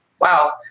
Wow